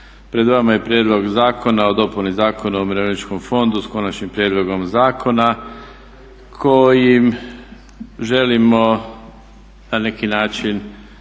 Pred vama je Prijedlog zakona o dopuni Zakona o umirovljeničkom fondu, s Konačnim prijedlogom zakona kojim želimo na neki način